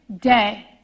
day